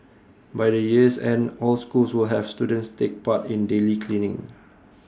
by the year's end all schools will have students take part in daily cleaning